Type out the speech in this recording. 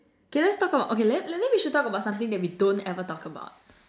okay let's talk about okay let's maybe we should talk about something that we don't ever talk about